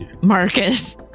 Marcus